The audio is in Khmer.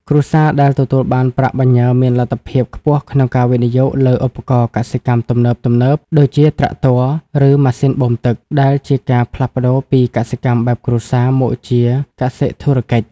គ្រួសារដែលទទួលបានប្រាក់បញ្ញើមានលទ្ធភាពខ្ពស់ក្នុងការវិនិយោគលើឧបករណ៍កសិកម្មទំនើបៗ ដូចជាត្រាក់ទ័រ ឬម៉ាស៊ីនបូមទឹក ដែលជាការផ្លាស់ប្តូរពីកសិកម្មបែបគ្រួសារមកជាកសិធុរកិច្ច។